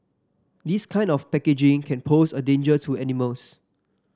this kind of packaging can pose a danger to animals